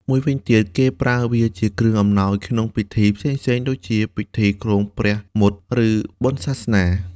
មួយវិញទៀត គេប្រើវាជាគ្រឿងអំណោយក្នុងពិធីផ្សេងៗ ដូចជា ពិធីគ្រងព្រះមុត្រ ឬបុណ្យសាសនា។